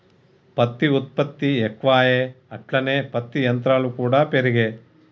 పత్తి ఉత్పత్తి ఎక్కువాయె అట్లనే పత్తి యంత్రాలు కూడా పెరిగే